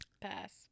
Pass